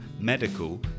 medical